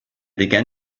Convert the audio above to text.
began